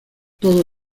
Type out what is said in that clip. todo